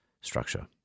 structure